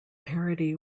parody